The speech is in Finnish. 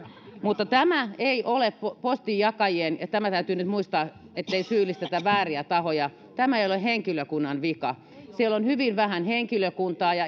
mutta tämä ei ole postinjakajien vika tämä täytyy nyt muistaa ettei syyllistetä vääriä tahoja eli tämä ei ole henkilökunnan vika siellä on hyvin vähän henkilökuntaa